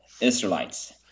Israelites